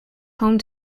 home